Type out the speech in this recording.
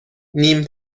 نیم